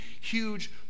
huge